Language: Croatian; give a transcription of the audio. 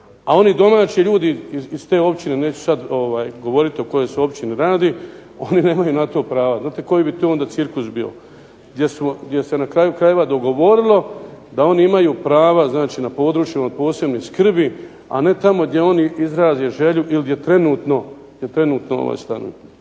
a oni domaći ljudi iz te općine, neću sad govoriti o kojoj se općini radi, oni nemaju na to prava. Znate koji bi to onda cirkus bio? Gdje se na kraju krajeva dogovorilo da oni imaju prava, znači na područjima od posebne skrbi, a ne tamo gdje oni izraze želju ili gdje trenutno stanuju.